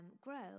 grow